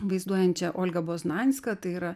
vaizduojančią olga bosnanską tai yra